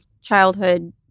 childhood